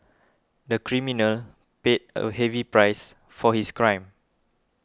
the criminal paid a heavy price for his crime